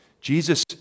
Jesus